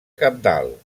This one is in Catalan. cabdal